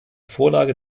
vorlage